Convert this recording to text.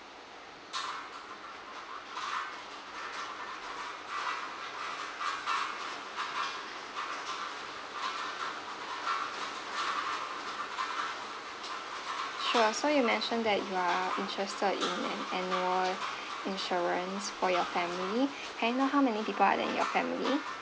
sure so mentioned that you are interested in an annual insurance for your family may I know how many people are there in your family